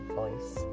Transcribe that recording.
voice